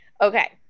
Okay